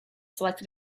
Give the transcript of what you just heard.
selected